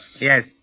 Yes